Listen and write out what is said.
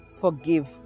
Forgive